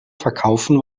verkaufen